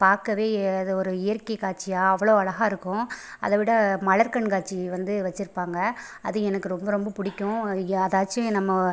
பார்க்கவே அது ஒரு இயற்கை காட்சியாக அவ்வளோ அழகா இருக்கும் அதைவிட மலர் கண்காட்சி வந்து வச்சுருப்பாங்க அது எனக்கு ரொம்ப ரொம்ப பிடிக்கும் ஏதாச்சும் நம்ம